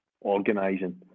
organising